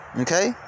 Okay